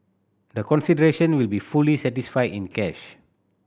the consideration will be fully satisfied in cash